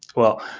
well,